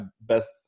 best